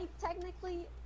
technically